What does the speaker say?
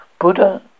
Buddha